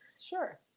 Sure